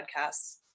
podcasts